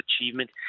achievement